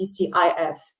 CCIF